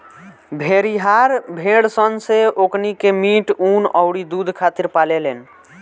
भेड़िहार भेड़ सन से ओकनी के मीट, ऊँन अउरी दुध खातिर पाले लेन